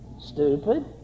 Stupid